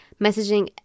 messaging